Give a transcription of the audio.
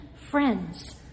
friends